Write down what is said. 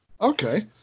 okay